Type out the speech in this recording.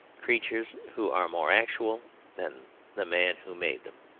creatures who are more actual than the man who made them.